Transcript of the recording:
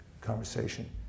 conversation